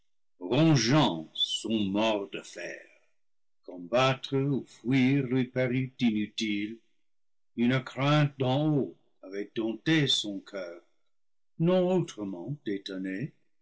mors de fer combattre ou fuir lui parut inutile une crainte d'en haut avait dompté son coeur non